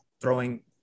throwing